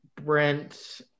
Brent